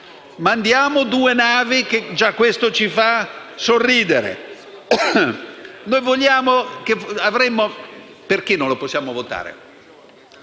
Mandiamo due navi, e già questo fa un po' sorridere. Perché non possiamo votare